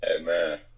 Amen